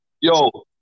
Yo